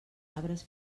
arbres